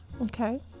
okay